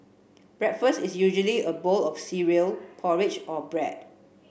breakfast is usually a bowl of cereal porridge or bread